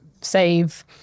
save